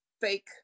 fake